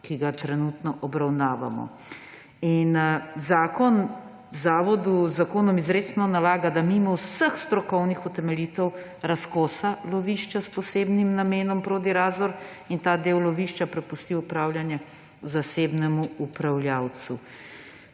ki ga trenutno obravnavamo. Zakon zavodu z zakonom izrecno nalaga, da mimo vseh strokovnih utemeljitev razkosa lovišče s posebnim namenom Prodi-Razor in ta del lovišča prepusti v upravljanje zasebnemu upravljavcu.